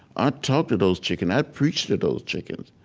i talked to those chickens. i preached those chickens.